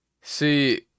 See